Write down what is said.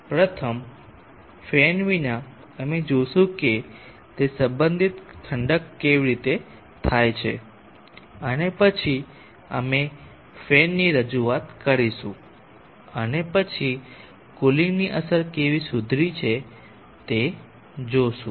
પ્રથમ ફેન વિના અમે જોશું કે તે સંબંધિત ઠંડક કેવી રીતે થાય છે અને પછી અમે ફેનની રજૂઆત કરીશું અને પછી કુલિંગની અસર કેવી સુધારી છે તે જોશું